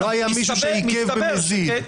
לא היה מישהו שעיכב במזיד.